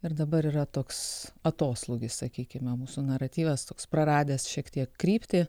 ir dabar yra toks atoslūgis sakykime mūsų naratyvas toks praradęs šiek tiek kryptį